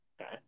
Okay